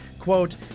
Quote